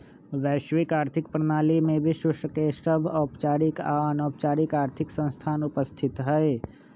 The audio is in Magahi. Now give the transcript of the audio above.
वैश्विक आर्थिक प्रणाली में विश्व के सभ औपचारिक आऽ अनौपचारिक आर्थिक संस्थान उपस्थित हइ